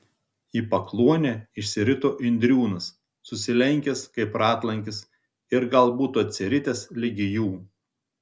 į pakluonę išsirito indriūnas susilenkęs kaip ratlankis ir gal būtų atsiritęs ligi jų